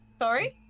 Sorry